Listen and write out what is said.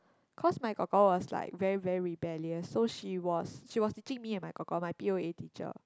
because my kor kor was like very very rebellious so she was she was teaching me and my kor kor my P_O_A teacher